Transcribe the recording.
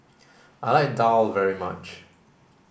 I like Daal very much